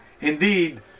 indeed